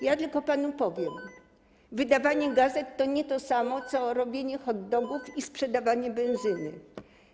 Ja tylko panu powiem: wydawanie gazet to nie to samo co robienie hot dogów i sprzedawanie benzyny.